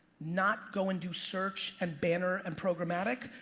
not go and do search and banner, and programmatic,